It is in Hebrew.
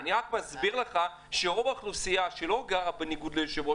אני רק מסביר לך שרוב האוכלוסייה שלא גרה בדרום,